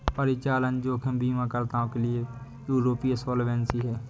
परिचालन जोखिम बीमाकर्ताओं के लिए यूरोपीय सॉल्वेंसी है